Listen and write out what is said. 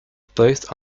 placed